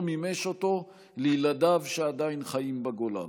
מימש אותו לילדיו שעדיין חיים בגולה.